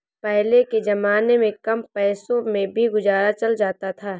पहले के जमाने में कम पैसों में भी गुजारा चल जाता था